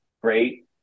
great